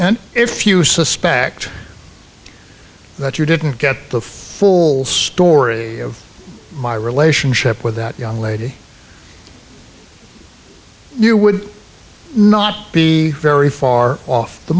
and if you suspect that you didn't get the full story of my relationship with that young lady you would not be very far off the